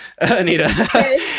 Anita